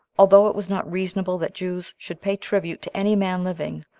although it was not reasonable that jews should pay tribute to any man living,